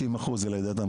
90% זה ---.